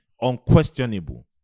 unquestionable